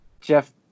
Jeff